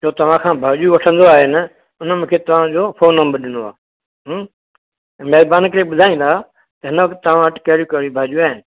जो तव्हां खां भाॼियूं वठंदो आहे न उन मूंखे तव्हां जो फोन नंबर ॾिनो आहे ऐं महिरबानी करे ॿुधाईंदा त हिन वक़्तु तव्हां वटि कहिड़ियूं कहिड़ियूं भाॼियूं आहिनि